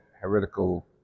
heretical